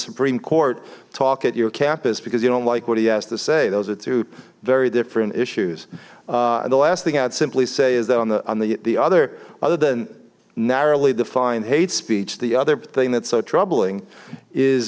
supreme court talk at your campus because you don't like what he has to say those are two very different issues and the last thing i'd simply say is that on the on the other other than narrowly defined hate speech the other thing that's so troubling is